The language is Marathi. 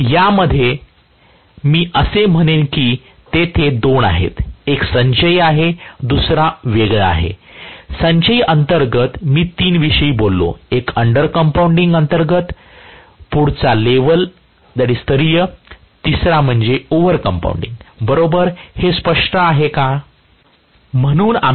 पण यामध्येच मी असे म्हणेन की तेथे दोन आहेत एक संचयी आहे दुसरा वेगळा आहे संचयी अंतर्गत मी तीन विषयी बोललो एक अंडर कंपाऊंडिंग अंतर्गत पुढचा लेवल स्तरीय तिसरा म्हणजे ओव्हर कंपौंडेड बरोबर हे स्पष्ट आहे का